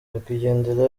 nyakwigendera